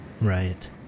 Right